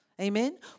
Amen